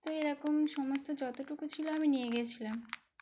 তো এরকম সমস্ত যতটুকু ছিল আমি নিয়ে গিয়েছিলাম